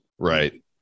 Right